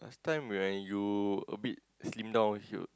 last time when you a bit slim down he will